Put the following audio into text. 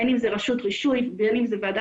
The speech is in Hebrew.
בין אם זאת רשות רישוי ובין אם זו ועדה